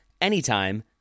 anytime